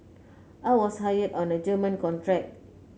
I was hired on a German contract